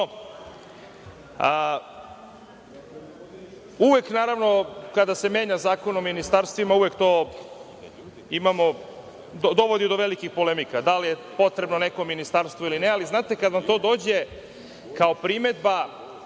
došli dovde. Kada se menja Zakon o ministarstvima, to uvek dovodi do velikih polemika, da li je potrebno neko ministarstvo ili ne, ali, znate, kada vam to dođe kao primedba